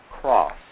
cross